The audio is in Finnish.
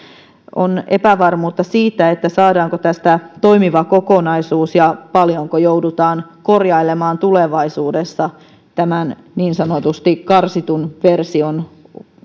on epävarmuutta siitä saadaanko tästä toimiva kokonaisuus ja paljonko joudutaan korjailemaan tulevaisuudessa tämän niin sanotusti karsitun version